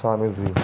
ਸ਼ਾਮਿਲ ਸੀ